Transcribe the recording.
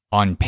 on